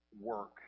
work